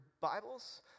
Bibles